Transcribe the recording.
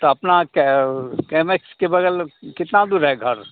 तो अपना कैमेक्स के बग़ल कितना दूर है घर